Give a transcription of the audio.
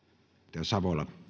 arvoisa